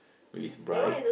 is bright